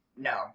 No